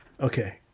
Okay